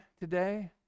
today